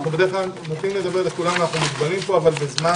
בדרך כלל נותנים לכולם לדבר אבל אנחנו מוגבלים בזמן.